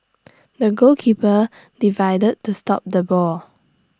the goalkeeper divide to stop the ball